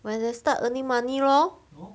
when they start earning money lor